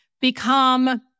become